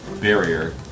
barrier